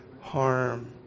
harm